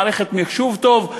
מערכת מחשוב טובה.